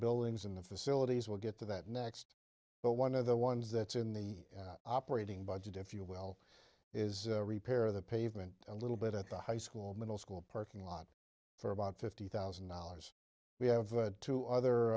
buildings in the facilities we'll get to that next but one of the ones that is in the operating budget if you will is repair the pavement a little bit at the high school middle school parking lot for about fifty thousand dollars we have two other